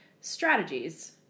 strategies